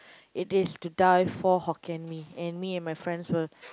it is to die for Hokkien-Mee and me and my friends will